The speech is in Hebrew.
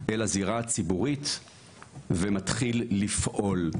אל הזירה הציבורית ומתחיל לפעול.